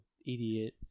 idiot